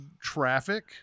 Traffic